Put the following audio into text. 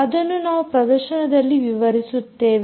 ಅದನ್ನು ನಾವು ಪ್ರದರ್ಶನದಲ್ಲಿ ವಿವರಿಸುತ್ತೇವೆ